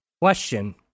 question